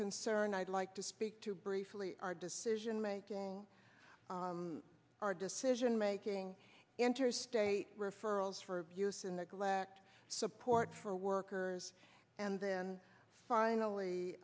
concern i'd like to speak to briefly are decision making our decision making interstate referrals for abuse and neglect support for workers and then